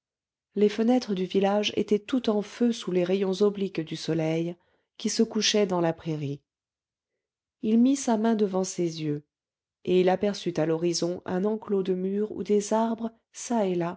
les fenêtres du village étaient tout en feu sous les rayons obliques du soleil qui se couchait dans la prairie il mit sa main devant ses yeux et il aperçut à l'horizon un enclos de murs où des arbres